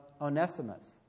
Onesimus